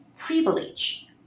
Privilege